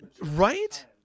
right